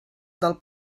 del